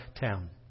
town